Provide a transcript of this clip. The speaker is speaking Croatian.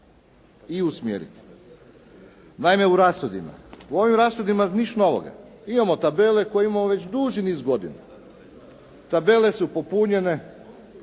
i usmjeriti. Naime, u rashodima, u ovim rashodima ništa novoga. Imamo tabele koje imamo već duži niz godina. Tabele su popunjene